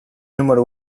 número